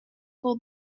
vol